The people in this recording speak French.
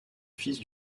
fils